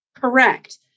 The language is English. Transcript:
Correct